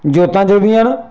जोतां जगदियां न